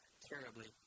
terribly